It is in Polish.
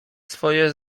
swoje